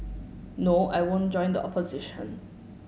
no I won't join the opposition